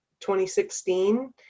2016